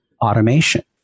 automation